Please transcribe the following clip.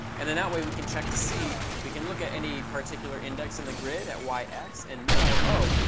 and then that way we can check to see. we can look at any particular index in the grid at y, x and know, oh,